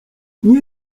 nie